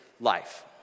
life